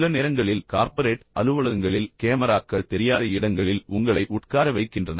சில நேரங்களில் கார்ப்பரேட் அலுவலகங்களில் கேமராக்கள் தெரியாத இடங்களில் உங்களை உட்கார வைக்கின்றனர்